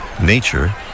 nature